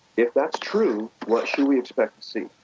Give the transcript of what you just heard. if that's true, what should we expect to see?